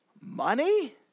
Money